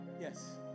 Yes